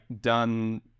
done